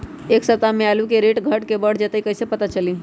एक सप्ताह मे आलू के रेट घट ये बढ़ जतई त कईसे पता चली?